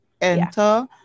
enter